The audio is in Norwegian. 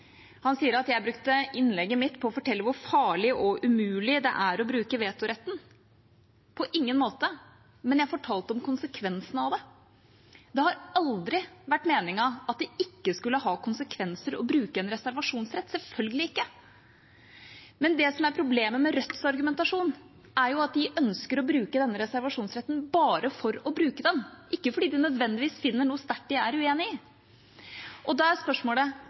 Han sier at jeg brukte innlegget mitt på å fortelle hvor farlig og umulig det er å bruke vetoretten. På ingen måte, men jeg fortalte om konsekvensene av det. Det har aldri vært meningen at det ikke skulle ha konsekvenser å bruke en reservasjonsrett – selvfølgelig ikke. Men det som er problemet med Rødts argumentasjon, er at de ønsker å bruke denne reservasjonsretten bare for å bruke den, ikke fordi de nødvendigvis finner noe de er sterkt uenig i. Da er spørsmålet: